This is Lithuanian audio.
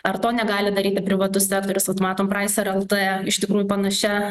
ar to negali daryti privatus sektorius vat matom pricer lt iš tikrųjų panašia